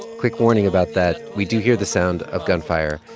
quick warning about that we do hear the sound of gunfire,